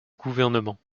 gouvernement